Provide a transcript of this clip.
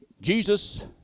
Jesus